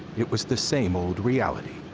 it was the same old reality.